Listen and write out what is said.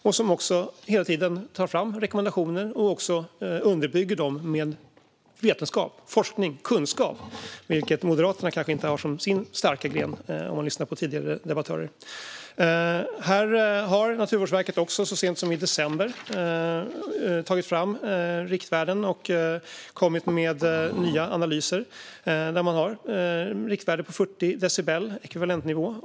De tar också hela tiden fram rekommendationer och underbygger dem med vetenskap, forskning och kunskap, vilket kanske inte är Moderaternas starka gren om man lyssnar på tidigare debattörer. Här har Naturvårdsverket också så sent som i december tagit fram riktvärden och kommit med nya analyser, där man har riktvärden på 40 decibels ekvivalentnivå.